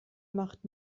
macht